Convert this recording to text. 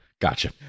Gotcha